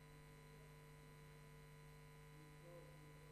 1. כיוון שהחיילים ובנות השירות משרתים את המדינה,